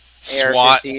SWAT